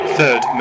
Third